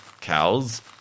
cows